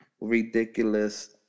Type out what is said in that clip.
ridiculous